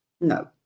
No